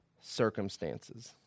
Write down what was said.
circumstances